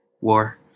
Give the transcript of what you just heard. War